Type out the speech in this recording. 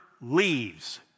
leaves